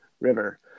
river